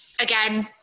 again